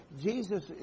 Jesus